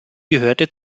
gehörte